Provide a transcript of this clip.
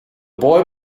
boy